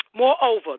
Moreover